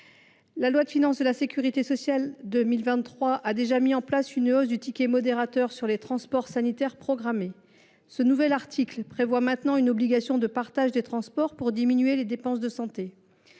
La loi de financement de la sécurité sociale pour 2023 a déjà instauré une hausse du ticket modérateur sur les transports sanitaires programmés. Ce nouvel article prévoit désormais une obligation de partage des transports afin de diminuer les dépenses de santé.